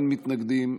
אין מתנגדים,